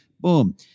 Boom